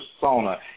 persona